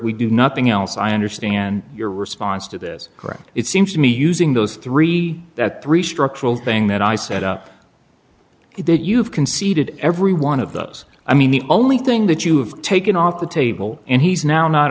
we do nothing else i understand your response to this correct it seems to me using those three that three structural thing that i set up that you've conceded every one of those i mean the only thing that you have taken off the table and he's now not